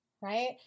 right